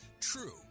True